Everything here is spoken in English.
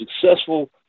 successful